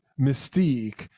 mystique